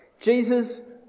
Jesus